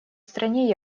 стране